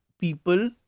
people